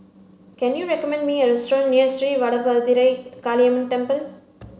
can you recommend me a restaurant near Sri Vadapathira Kaliamman Temple